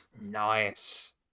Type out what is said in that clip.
Nice